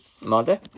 Mother